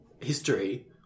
history